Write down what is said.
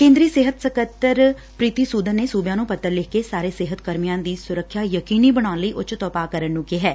ਕੇ'ਦਰੀ ਸਿਹਤ ਸਕੱਤਰ ਪ੍ਰੀਤੀ ਸੂਦਨ ਨੇ ਸੂਬਿਆ' ਨੂੰ ਪੱਤਰ ਲਿਖ ਕੇ ਸਾਰੇ ਸਿਹਤ ਕਰਮੀਆ' ਦੀ ਸੁਰੱਖਿਆ ਯਕੀਨੀ ਬਣਾਉਣ ਲਈ ਉਚਿਤ ਉਪਾਅ ਕਰਨ ਨੂੰ ਕਿਹੈ